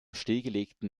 stillgelegten